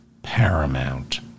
Paramount